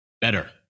better